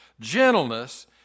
Gentleness